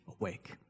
awake